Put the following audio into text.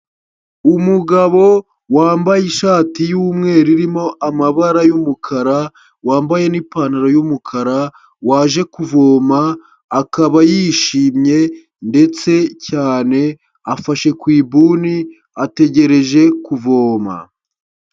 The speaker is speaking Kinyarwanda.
Umugabo wambaye ishati y'umweru irimo amabara y'umukara, wambaye n'ipantaro y'umukara, waje kuvoma, akaba yishimye ndetse cyane, afashe ku ibuni ategereje kuvoma.